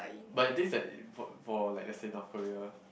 but the thing is that for for let's say North Korea